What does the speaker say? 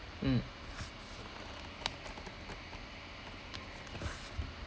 mm